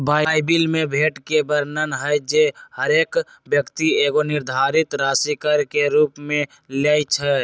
Bible में भोट के वर्णन हइ जे हरेक व्यक्ति एगो निर्धारित राशि कर के रूप में लेँइ छइ